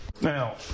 Now